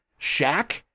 Shaq